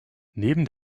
neben